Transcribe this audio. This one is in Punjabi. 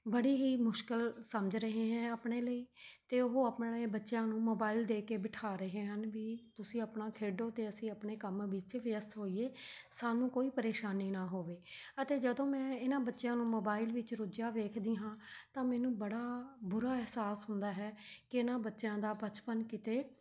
ਬੜੀ ਹੀ ਮੁਸ਼ਕਿਲ ਸਮਝ ਰਹੇ ਹੈ ਆਪਣੇ ਲਈ ਅਤੇ ਉਹ ਆਪਣੇ ਬੱਚਿਆਂ ਨੂੰ ਮੋਬਾਇਲ ਦੇ ਕੇ ਬਿਠਾ ਰਹੇ ਹਨ ਵੀ ਤੁਸੀਂ ਆਪਣਾ ਖੇਡੋ ਅਤੇ ਅਸੀਂ ਆਪਣੇ ਕੰਮ ਵਿੱਚ ਵਿਅਸਤ ਹੋਈਏ ਸਾਨੂੰ ਕੋਈ ਪਰੇਸ਼ਾਨੀ ਨਾ ਹੋਵੇ ਅਤੇ ਜਦੋਂ ਮੈਂ ਇਹਨਾਂ ਬੱਚਿਆਂ ਨੂੰ ਮੋਬਾਇਲ ਵਿੱਚ ਰੁੱਝਿਆ ਵੇਖਦੀ ਹਾਂ ਤਾਂ ਮੈਨੂੰ ਬੜਾ ਬੁਰਾ ਅਹਿਸਾਸ ਹੁੰਦਾ ਹੈ ਕਿ ਇਹਨਾਂ ਬੱਚਿਆਂ ਦਾ ਬਚਪਨ ਕਿਤੇ